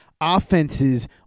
offenses